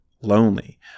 lonely